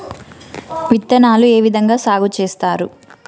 విత్తనాలు ఏ విధంగా సాగు చేస్తారు?